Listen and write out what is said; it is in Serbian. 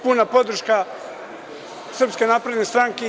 Puna podrška SNS